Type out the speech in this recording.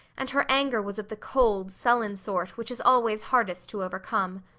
and her anger was of the cold, sullen sort which is always hardest to overcome.